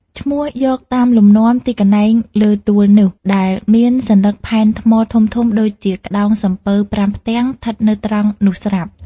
ឈ្នោះយកតាមលំនាំ ទីកន្លែងលើទួលនោះ ដែលមានសន្លឹកផែនថ្មធំៗដូចជា ក្តោងសំពៅប្រាំផ្ទាំង ឋិតនៅត្រង់នោះស្រាប់ ។